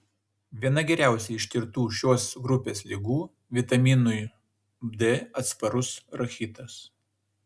viena geriausiai ištirtų šios grupės ligų vitaminui d atsparus rachitas